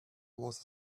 was